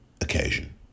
occasion